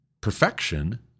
perfection